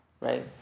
right